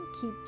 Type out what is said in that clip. keep